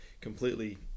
completely